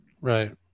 Right